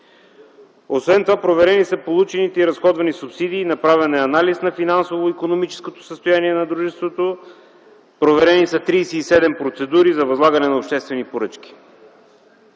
Освен това са проверени получените и разходвани субсидии, направен е анализ на финансово-икономическото състояние на дружеството, проверени са 37 процедури за възлагане на обществени поръчки.